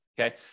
Okay